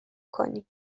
کنی